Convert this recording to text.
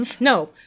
No